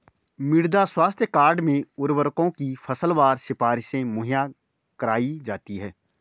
मृदा स्वास्थ्य कार्ड में उर्वरकों की फसलवार सिफारिशें मुहैया कराई जाती है